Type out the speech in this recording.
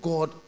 God